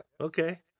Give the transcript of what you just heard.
Okay